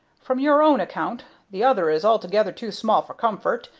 from your own account, the other is altogether too small for comfort,